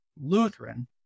Lutheran